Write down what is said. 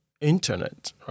Internet